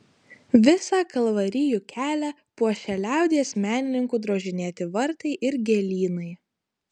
visą kalvarijų kelią puošia liaudies menininkų drožinėti vartai ir gėlynai